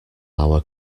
our